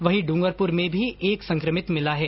वहीं ड्रंगरपुर में भी एक संक्रमित मिला है